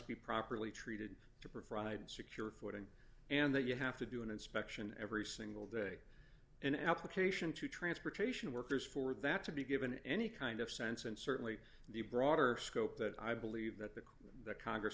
be properly treated to provide secure footing and that you have to do an inspection every single day and application to transportation workers for that to be given any kind of sense and certainly the broader scope that i believe that the congress